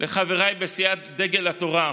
לחבריי בסיעת דגל התורה.